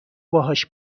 باهاش